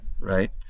Right